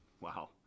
wow